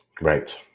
Right